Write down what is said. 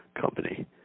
company